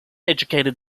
educated